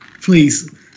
Please